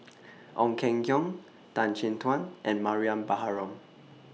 Ong Keng Yong Tan Chin Tuan and Mariam Baharom